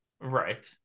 right